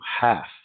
half